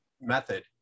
method